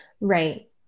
right